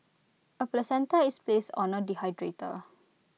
A placenta is placed on A dehydrator